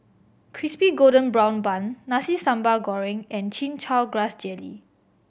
Crispy Golden Brown Bun Nasi Sambal Goreng and Chin Chow Grass Jelly